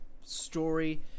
story